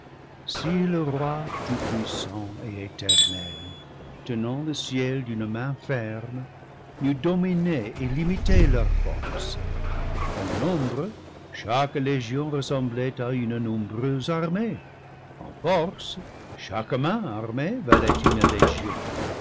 si le roi tout puissant et éternel tenant le ciel d'une main ferme n'eût dominé et limité leur force en nombre chaque légion res semblait à une nombreuse armée en force chaque main armée valait une légion